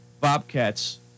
Bobcats